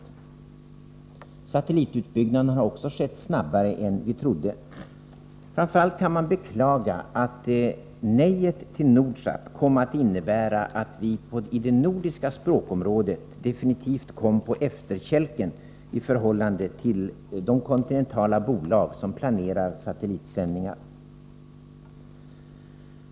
Också satellitutbyggnaden har skett snabbare än vi trodde. Framför allt kan man beklaga att nejet till Nordsat fick till följd att vi i det nordiska språkområdet definitivt kom på efterkälken i förhållande till de kontinentala bolag som planerar satellitsändningar.